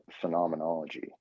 phenomenology